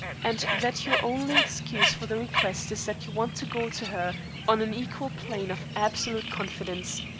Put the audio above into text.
and that your only excuse for the request is that you want to go to her on an equal plane of absolute confidence.